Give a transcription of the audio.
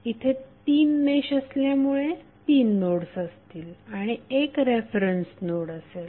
इथे तीन मेश असल्यामुळे तीन नोड्स असतील आणि एक रेफरन्स नोड असेल